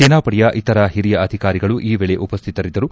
ಸೇನಾಪಡೆಯ ಇತರ ಹಿರಿಯ ಅಧಿಕಾರಿಗಳು ಈ ವೇಳೆ ಉಪಸ್ಟಿತರಿದ್ದರು